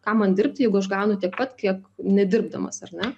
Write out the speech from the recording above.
kam man dirbti jeigu aš gaunu tiek pat kiek nedirbdamas ar ne